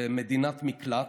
במדינת מקלט,